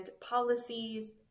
policies